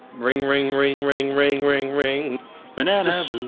ring ring ring ring ring ring ring vanessa.